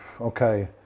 okay